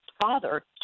father